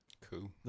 Cool